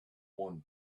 one